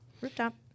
Rooftop